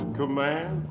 command